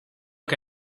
que